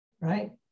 right